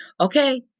Okay